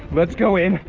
let's go in,